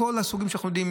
מכל הסוגים שאנחנו יודעים,